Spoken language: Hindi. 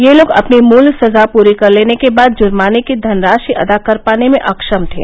ये लोग अपनी मूल सजा पूरी कर लेने के बाद जुर्माने की धनराशि अदा कर पाने में अक्षम थे